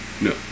No